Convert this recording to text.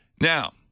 Now